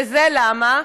וזה למה?